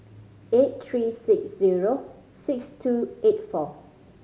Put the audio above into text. eight three six zero six two eight four